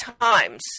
Times